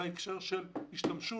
בהקשר של השתמשו,